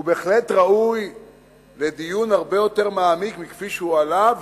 ובהחלט ראוי לדיון הרבה יותר מעמיק מכפי שהוא עלה,